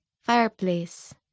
fireplace